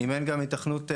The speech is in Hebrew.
אם אין היתכנות כלכלית,